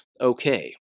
Okay